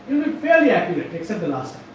fairly accurate except the last